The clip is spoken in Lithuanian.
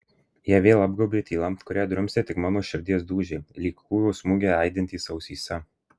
ją vėl apgaubė tyla kurią drumstė tik mano širdies dūžiai lyg kūjo smūgiai aidintys ausyse